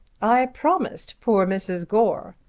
i promised poor mrs. gore.